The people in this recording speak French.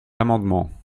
amendements